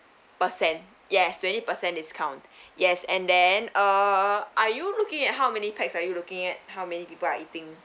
percent yes twenty percent discount yes and then uh are you looking at how many pax are you looking at how many people are eating